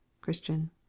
christian